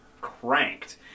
cranked